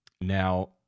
Now